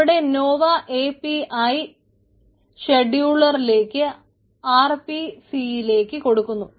അവിടെ നോവ A P I ഷെഡ്യൂൾളർലെക്ക് ആർ പി സിയിലെക്ക് കൊടുക്കുന്നു